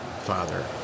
father